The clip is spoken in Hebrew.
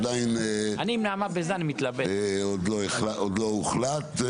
עדיין עוד לא הוחלט.